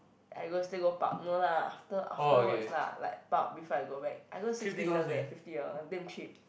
I go still go pub no lah after afterwards lah like pub before I go back I go six places eh fifty dollar damn cheap